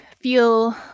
feel